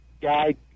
guide